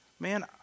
Man